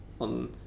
on